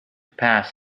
pass